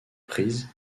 prises